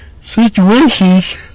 situations